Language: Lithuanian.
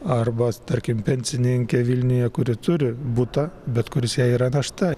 arba tarkim pensininkė vilniuje kuri turi butą bet kuris jai yra našta